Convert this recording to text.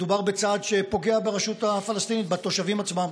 מדובר בצעד שפוגע ברשות הפלסטינית, בתושבים עצמם,